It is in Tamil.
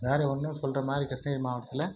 வேறு ஒன்றும் சொல்லுற மாதிரி கிருஷ்ணகிரி மாவட்டத்தில்